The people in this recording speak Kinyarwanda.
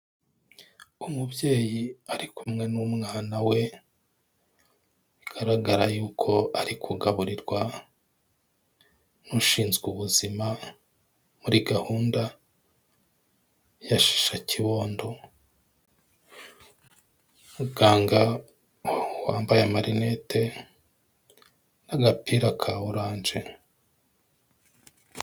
Umubyeyi ari kumwe n'umwana we bigaragara yuko ari kugaburirwa n'ushinzwe ubuzima muri gahunda ya shisha kibondo. Ni umuganga wambaye amarinete n'agapira k'umuhondo.